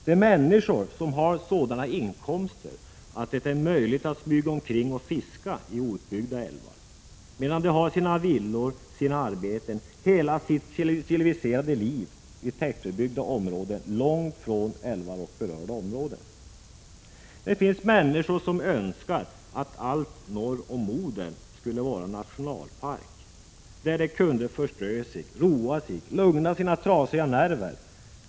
De människor som har sådana inkomster att det är möjligt att smyga omkring och fiska i outbyggda älvar, medan de har sina villor, sina arbeten, sitt hela civiliserade liv i tättbebyggda områden långt från älvar och berörda områden. Det finns människor som önskar att allt norr om Boden skulle vara nationalpark där de kunde förströ sig, roa sig, lugna sina trasiga nerver.